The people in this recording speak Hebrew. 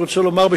אני רוצה לומר,